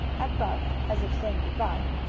had barked, as if saying good-bye,